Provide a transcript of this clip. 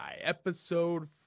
episode